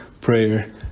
prayer